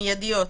מיידיות,